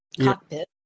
cockpit